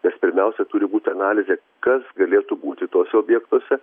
nes pirmiausia turi būt analizė kas galėtų būti tuose objektuose